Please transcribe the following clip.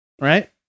right